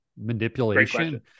manipulation